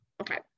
Okay